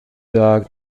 dog